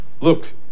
Look